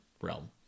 realm